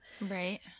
Right